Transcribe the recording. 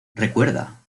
recuerda